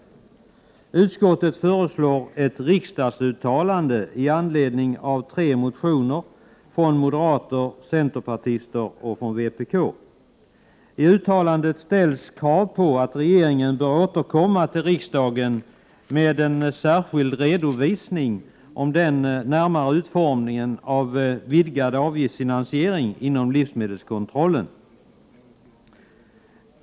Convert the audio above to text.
Utskottet föreslår ett riksdagsuttalande i anledning av tre motioner från moderaterna, centerpartiet och vpk. I uttalandet ställs krav på att regeringen bör återkomma till riksdagen med en särskild redovisning i fråga om den närmare utformningen av en vidgad avgiftsfinansiering inom livsmedelskontrollen.